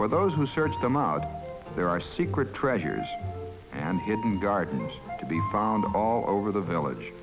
for those who search them out there are secret treasures and hidden gardens to be found all over the village